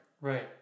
Right